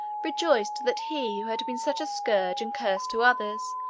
rejoiced that he who had been such a scourge and curse to others,